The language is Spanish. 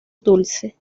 dulce